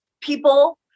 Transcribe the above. People